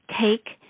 take